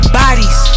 bodies